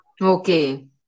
Okay